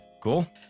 Cool